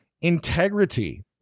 integrity